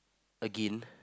again